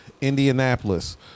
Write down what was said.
Indianapolis